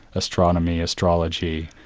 astronomy, astrology,